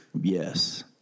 Yes